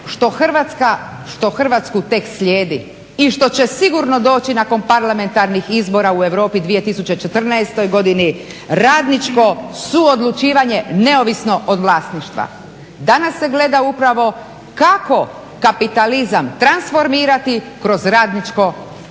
što Hrvatsku tek slijedi i što će sigurno doći nakon parlamentarnih izbora u Europi 2014. godine radničko suodlučivanje, neovisno od vlasništva. Danas se gleda upravo kako kapitalizam transformirati kroz radničko učešće